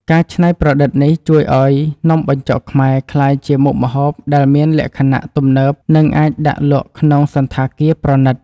ការច្នៃប្រឌិតនេះជួយឱ្យនំបញ្ចុកខ្មែរក្លាយជាមុខម្ហូបដែលមានលក្ខណៈទំនើបនិងអាចដាក់លក់ក្នុងសណ្ឋាគារប្រណីត។